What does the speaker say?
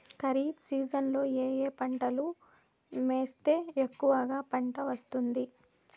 ఖరీఫ్ సీజన్లలో ఏ ఏ పంటలు వేస్తే ఎక్కువగా పంట వస్తుంది?